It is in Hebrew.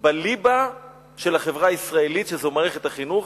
בליבה של החברה הישראלית, שזאת מערכת החינוך.